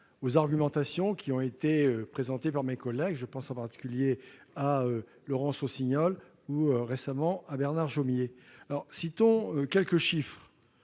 aux argumentations qui ont été présentées par mes collègues, en particulier Laurence Rossignol et Bernard Jomier. Citons quelques chiffres